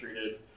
treated